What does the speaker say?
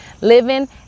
living